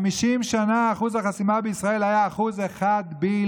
50 שנה אחוז החסימה בישראל היה 1% בלבד,